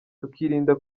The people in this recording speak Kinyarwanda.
tukirinda